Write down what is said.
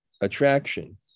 attraction